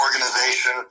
organization